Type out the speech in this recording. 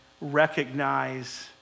recognize